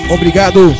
Obrigado